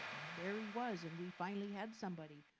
there he was, and we finally had somebody.